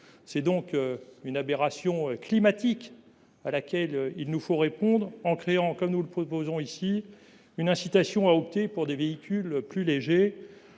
sont donc une aberration climatique à laquelle il nous faut répondre en créant, comme nous le proposons ici, une incitation à opter pour des véhicules plus légers.